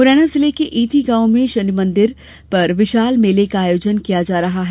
मुरैना जिले ऐंती गॉव में शनिदेव मंदिर पर विशाल मेले का आयोजन किया जा रहा है